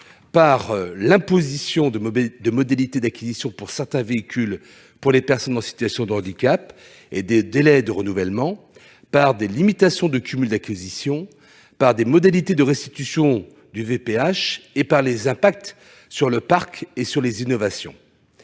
par l'imposition de modalités d'acquisition pour certains véhicules pour personnes en situation de handicap et de délais de renouvellement, par des limitations de cumul d'acquisition, par les modalités de « restitution » des véhicules, par les impacts sur le parc et sur les innovations.